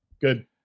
good